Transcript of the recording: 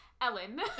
Ellen